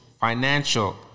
financial